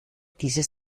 dieses